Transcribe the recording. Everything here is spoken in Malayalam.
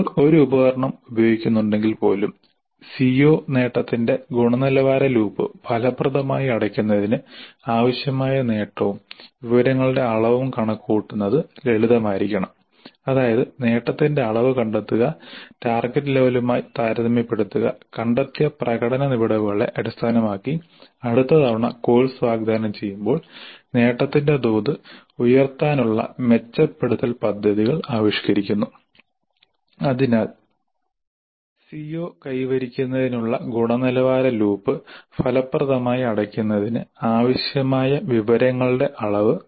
നിങ്ങൾ ഒരു ഉപകരണം ഉപയോഗിക്കുന്നുണ്ടെങ്കിൽപ്പോലും സിഒ നേട്ടത്തിന്റെ ഗുണനിലവാര ലൂപ്പ് ഫലപ്രദമായി അടയ്ക്കുന്നതിന് ആവശ്യമായ നേട്ടവും വിവരങ്ങളുടെ അളവും കണക്കുകൂട്ടുന്നത് ലളിതമായിരിക്കണം അതായത് നേട്ടത്തിന്റെ അളവ് കണ്ടെത്തുക ടാർഗെറ്റ് ലെവലുമായി താരതമ്യപ്പെടുത്തുക കണ്ടെത്തിയ പ്രകടന വിടവുകളെ അടിസ്ഥാനമാക്കി അടുത്ത തവണ കോഴ്സ് വാഗ്ദാനം ചെയ്യുമ്പോൾ നേട്ടത്തിന്റെ തോത് ഉയർത്താനുള്ള മെച്ചപ്പെടുത്തൽ പദ്ധതികൾ ആവിഷ്കരിക്കുന്നു അതിനാൽ CO കൈവരിക്കുന്നതിനുള്ള ഗുണനിലവാര ലൂപ്പ് ഫലപ്രദമായി അടയ്ക്കുന്നതിന് ആവശ്യമായ വിവരങ്ങളുടെ അളവ്